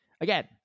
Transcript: again